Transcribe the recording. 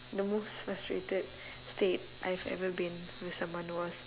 the most frustrated state I've ever been with someone was